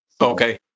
Okay